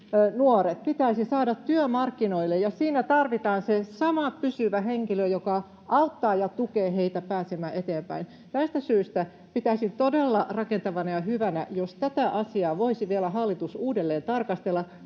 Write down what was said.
nuoret pitäisi saada työmarkkinoille, ja siinä tarvitaan se sama pysyvä henkilö, joka auttaa ja tukee heitä pääsemään eteenpäin. Tästä syystä pitäisin todella rakentavana ja hyvänä, jos hallitus voisi tätä asiaa vielä uudelleen tarkastella,